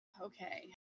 Okay